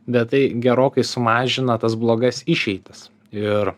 bet tai gerokai sumažina tas blogas išeitis ir